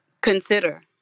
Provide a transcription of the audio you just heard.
consider